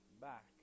back